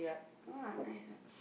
no lah nice what